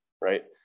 right